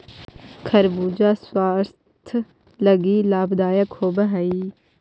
खरबूजा स्वास्थ्य लागी लाभदायक होब हई